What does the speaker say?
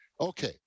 okay